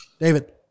David